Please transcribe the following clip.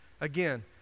Again